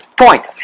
Point